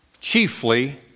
Chiefly